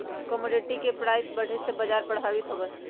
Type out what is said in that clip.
commodity के price बढ़े से बाजार प्रभावित होबा हई